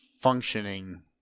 functioning